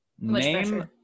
Name